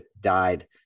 died